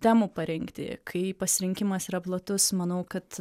temų parengti kai pasirinkimas yra platus manau kad